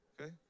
Okay